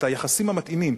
היחסים המתאימים,